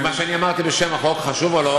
ומה שאני אמרתי בשם החוק, חשוב או לא?